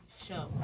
show